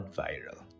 viral